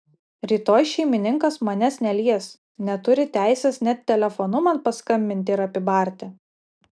rytoj šeimininkas manęs nelies neturi teisės net telefonu man paskambinti ir apibarti